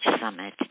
summit